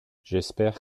j’espère